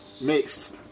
Mixed